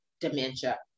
dementia